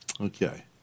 Okay